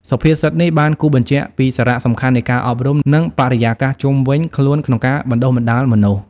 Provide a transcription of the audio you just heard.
សុភាសិតនេះបានគូសបញ្ជាក់ពីសារៈសំខាន់នៃការអប់រំ និងបរិយាកាសជុំវិញខ្លួនក្នុងការបណ្តុះបណ្តាលមនុស្ស។